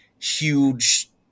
Huge